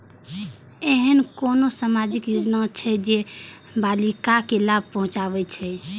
ऐहन कुनु सामाजिक योजना छे जे बालिका के लाभ पहुँचाबे छे?